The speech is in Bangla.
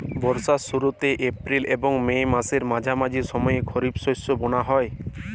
বর্ষার শুরুতে এপ্রিল এবং মে মাসের মাঝামাঝি সময়ে খরিপ শস্য বোনা হয়